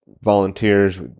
volunteers